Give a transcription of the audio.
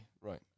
Right